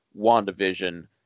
WandaVision